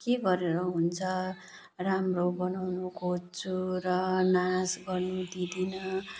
के गरेर हुन्छ राम्रो बनाउनु खोज्छु र नाश गर्नु दिन्नँ